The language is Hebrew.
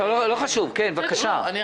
לא חשוב, בבקשה.